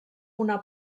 una